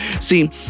See